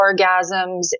orgasms